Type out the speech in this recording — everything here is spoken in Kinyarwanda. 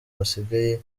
basigaye